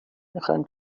میخواییم